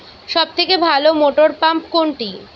সবথেকে ভালো মটরপাম্প কোনটি?